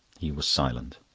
he was silent.